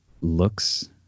looks